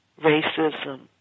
racism